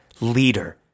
leader